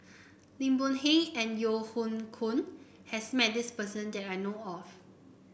Lim Boon Heng and Yeo Hoe Koon has met this person that I know of